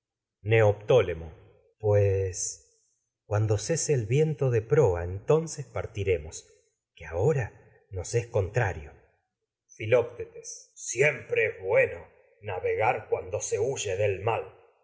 entonces pues cuando cese el viento de proa partiremos que ahora s nos es contrario filoctetes siempre bueno navegar cuando se huye del mal